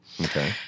Okay